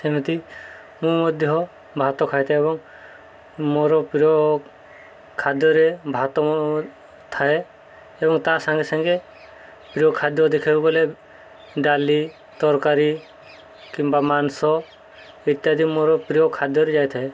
ଏମିତି ମୁଁ ମଧ୍ୟ ଭାତ ଖାଇଥାଏ ଏବଂ ମୋର ପ୍ରିୟ ଖାଦ୍ୟରେ ଭାତ ମୁଁ ଖାଏ ଏବଂ ତା ସାଙ୍ଗେ ସାଙ୍ଗେ ପ୍ରିୟ ଖାଦ୍ୟ ଦେଖିବାକୁ ଗଲେ ଡାଲି ତରକାରୀ କିମ୍ବା ମାଂସ ଇତ୍ୟାଦି ମୋର ପ୍ରିୟ ଖାଦ୍ୟରେ ଯାଇଥାଏ